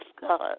God